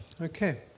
Okay